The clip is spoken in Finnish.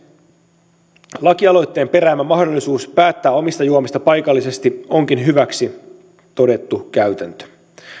alkoholinkäyttöä arvoisa puhemies lakialoitteen peräämä mahdollisuus päättää omista juomista paikallisesti onkin hyväksi todettu käytäntö